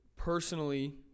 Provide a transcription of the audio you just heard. Personally